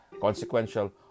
consequential